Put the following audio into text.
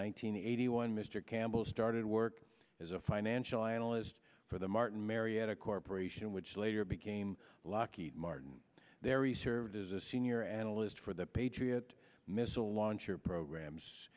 hundred eighty one mr campbell started work as a financial analyst for the martin marietta corporation which later became lockheed martin their research as a senior analyst for the patriot missile launcher programs